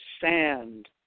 sand